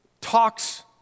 talks